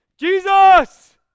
Jesus